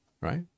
Right